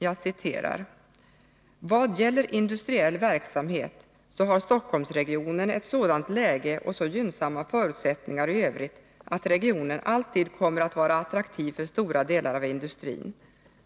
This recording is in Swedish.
Jag citerar: ”Vad gäller industriell verksamhet så har Stockholmsregionen ett sådant läge och så gynnsamma förutsättningar i övrigt, att regionen alltid kommer att vara attraktiv för stora delar av industrin.